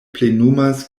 plenumas